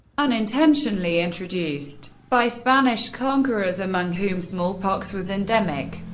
unintentionally introduced by spanish conquerors, among whom smallpox was endemic,